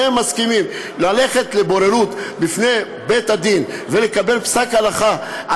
שניהם מסכימים ללכת לבוררות בפני בית-הדין ולקבל פסק הלכה,